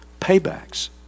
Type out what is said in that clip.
Paybacks